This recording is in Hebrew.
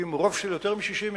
עם רוב של יותר מ-60 איש,